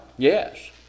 Yes